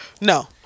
No